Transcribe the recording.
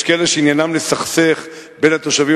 יש כאלה שעניינם לסכסך בין התושבים